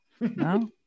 No